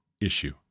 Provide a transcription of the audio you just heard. issue